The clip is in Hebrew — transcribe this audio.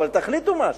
אבל תחליטו משהו.